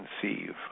conceive